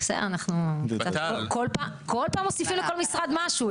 כל פעם מוסיפים לכל משרד משהו.